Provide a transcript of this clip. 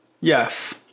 Yes